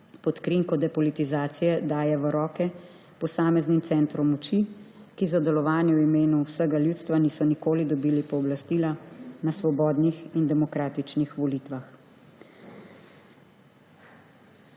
pod krinko depolitizacije daje v roke posameznim centrom moči, ki za delovanje v imenu vsega ljudstva niso nikoli dobili pooblastila na svobodnih in demokratičnih volitvah.